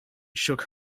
shook